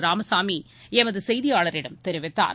ராமசாமிளமதுசெய்தியாளரிடம் தெரிவித்தார்